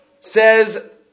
Says